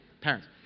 parents